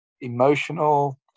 emotional